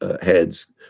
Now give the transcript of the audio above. heads